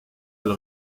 elle